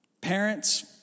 Parents